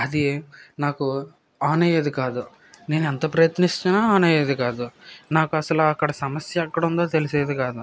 అది నాకు ఆన్ అయ్యేది కాదు నేను ఎంత ప్రయత్నించినా ఆన్ అయ్యేది కాదు నాకు అసలు అక్కడ సమస్య ఎక్కడ ఉందో తెలిసేది కాదు